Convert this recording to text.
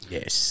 Yes